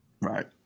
right